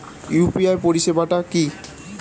UPI পরিসেবাটা কি?